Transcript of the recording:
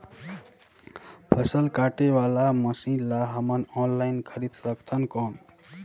फसल काटे वाला मशीन ला हमन ऑनलाइन खरीद सकथन कौन?